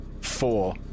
Four